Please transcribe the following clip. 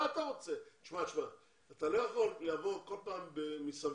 אתה לא יכול לעבור כל פעם מסביב.